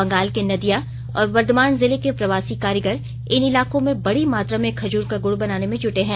बंगाल के नदिया और बर्दमान जिले के प्रवासी कारीगर इन इलाकों में बड़ी मात्रा में खजूर का गुड़ बनाने में जुटे हैं